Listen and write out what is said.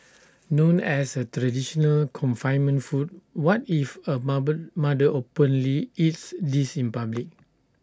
known as A traditional confinement food what if A mother openly eats this in public